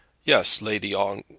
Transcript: yes, lady on,